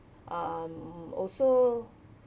um also